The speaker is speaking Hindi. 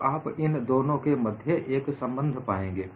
तो आप इन दोनों के मध्य एक संबंध पाएंगे